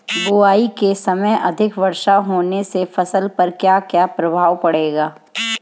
बुआई के समय अधिक वर्षा होने से फसल पर क्या क्या प्रभाव पड़ेगा?